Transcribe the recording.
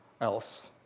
Else